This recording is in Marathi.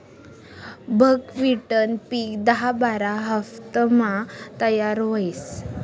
बकव्हिटनं पिक दहा बारा हाफतामा तयार व्हस